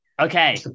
Okay